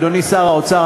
אדוני שר האוצר,